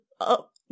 up